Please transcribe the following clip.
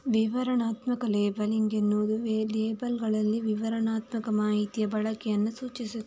ವಿವರಣಾತ್ಮಕ ಲೇಬಲಿಂಗ್ ಎನ್ನುವುದು ಲೇಬಲ್ಲುಗಳಲ್ಲಿ ವಿವರಣಾತ್ಮಕ ಮಾಹಿತಿಯ ಬಳಕೆಯನ್ನ ಸೂಚಿಸ್ತದೆ